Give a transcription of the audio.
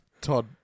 Todd